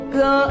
go